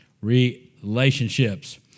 Relationships